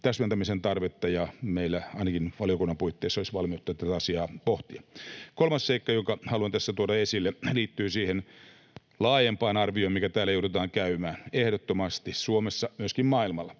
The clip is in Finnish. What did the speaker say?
täsmentämisen tarvetta, ja meillä ainakin valiokunnan puitteissa olisi valmiutta tätä asiaa pohtia. Kolmas seikka, jonka haluan tässä tuoda esille, liittyy siihen laajempaan arvioon, mikä täällä joudutaan käymään. Ehdottomasti Suomessa, myöskin maailmalla...